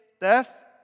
death